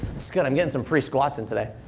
it's good. i'm getting some free squats in today.